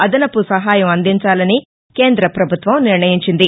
అదనపు సహాయం అందించాలని కేంద్ర పభుత్వం నిర్ణయించింది